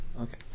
okay